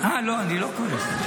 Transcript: לא, אני לא כועס.